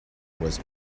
was